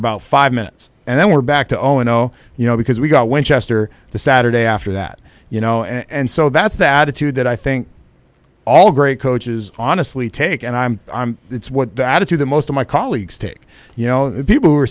about five minutes and then we're back to zero and zero you know because we got winchester the saturday after that you know and so that's the attitude that i think all great coaches honestly take and i'm i'm that's what the attitude that most of my colleagues take you know the people who are